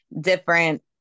different